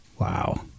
wow